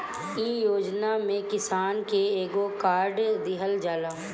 इ योजना में किसान के एगो कार्ड दिहल जाला